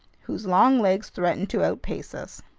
whose long legs threatened to outpace us.